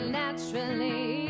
naturally